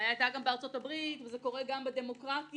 היתה גם בארצות הברית וזה קורה גם בדמוקרטיה,